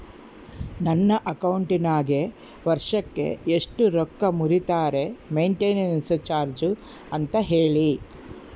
ನನ್ನ ಅಕೌಂಟಿನಾಗ ವರ್ಷಕ್ಕ ಎಷ್ಟು ರೊಕ್ಕ ಮುರಿತಾರ ಮೆಂಟೇನೆನ್ಸ್ ಚಾರ್ಜ್ ಅಂತ ಹೇಳಿ?